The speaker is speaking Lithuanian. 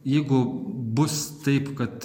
jeigu bus taip kad